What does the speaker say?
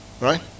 Right